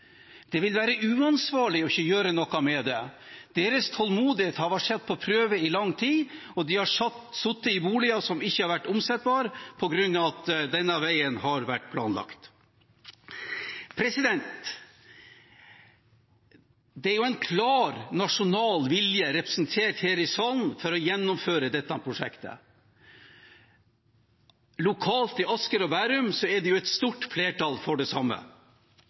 Det vil være uansvarlig ikke å gjøre noe med det. Deres tålmodighet har vært satt på prøve i lang tid, og de har sittet i boliger som ikke har vært omsettbare på grunn av at denne veien har vært planlagt. Det er en klar nasjonal vilje representert her i salen for å gjennomføre dette prosjektet. Lokalt i Asker og Bærum er det et stort flertall for det samme.